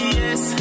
yes